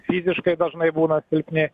fiziškai dažnai būna silpni